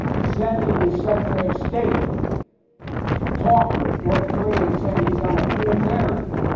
sending his secretary of state to talk with north korea and saying he's on a fool's errand.